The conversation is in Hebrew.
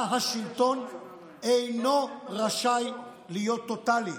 שבה השלטון אינו רשאי להיות טוטלי.